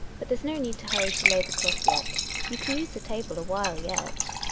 but there's no need to hurry to lay the cloth yet you can use the table awhile yet.